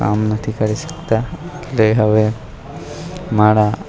કામ નથી કરી શકતા એટલે હવે મારા